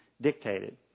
dictated